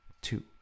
two